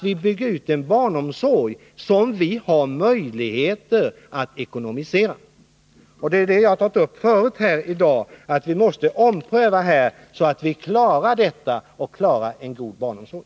Vi måste ha en barnomsorg som vi har möjligheter att ekonomisera, och jag sade förut att vi måste göra en sådan omprövning att vi klarar en god barnomsorg.